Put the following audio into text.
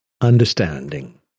Understanding